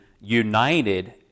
united